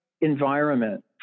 environment